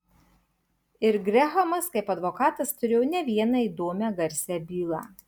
ir grehamas kaip advokatas turėjo ne vieną įdomią garsią bylą